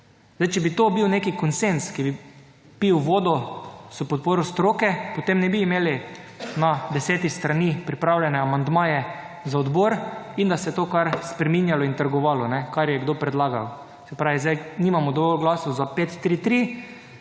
Zdaj, če bi to bil neki konsenz, ki bi pil vodo s podporo stroke, potem ne bi imeli na 10 strani pripravljene amandmaje za odbor in da se je to kar spreminjalo in trgovalo, kar je kdo predlagal. Se pravi, zdaj nimamo dovolj glasov za 5,